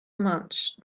much